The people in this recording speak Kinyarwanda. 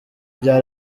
bya